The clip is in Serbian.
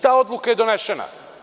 Ta odluka je donesena.